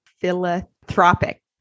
philanthropic